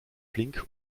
flink